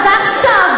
אז עכשיו,